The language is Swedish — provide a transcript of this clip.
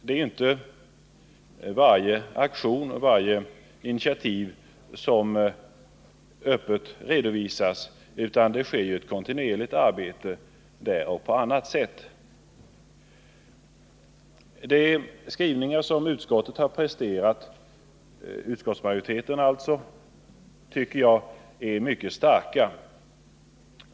Det är inte varje aktion och varje initiativ som öppet redovisas, utan det sker ett kontinuerligt arbete där och på annat sätt. De skrivningar som utskottsmajoriteten har presterat är mycket starka.